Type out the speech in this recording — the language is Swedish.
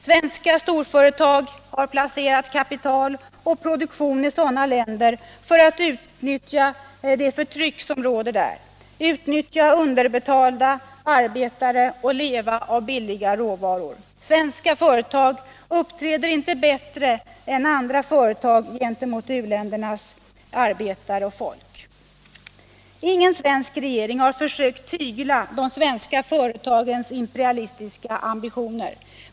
Svenska storföretag har placerat kapital och produktion i sådana länder för att utnyttja det förtryck som där råder, utnyttja underbetalda arbetare och leva av billiga råvaror. Svenska företag uppträder inte bättre än andra företag gentemot u-ländernas arbetare och folk. Ingen svensk regering har försökt att tygla de svenska företagens imperialistiska ambitioner.